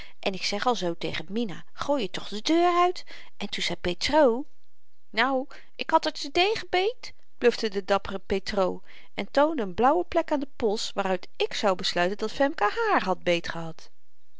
en ik zeg al zoo tegen mina gooi r toch de deur uit en toe zei petr nou ik had haar ter dege beet blufte de dappere petr en toonde een blauwe plek aan de pols waaruit ik zou besluiten dat femke hààr had beet